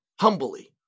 Humbly